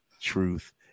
truth